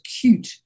cute